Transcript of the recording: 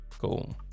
cool